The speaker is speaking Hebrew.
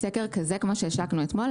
סקר כזה כמו שהשקנו אתמול,